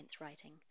writing